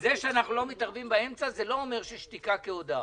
זה שאנחנו לא מתערבים באמצע זה לא אומר ששתיקה כהודאה.